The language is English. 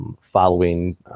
following